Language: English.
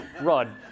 rod